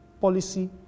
policy